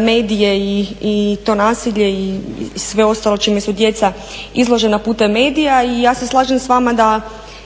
medije i to nasilje i sve ostalo čime su djeca izložena putem medija i ja se slažem s vama da